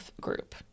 group